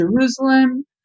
Jerusalem